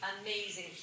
amazing